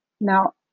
Now